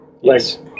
Yes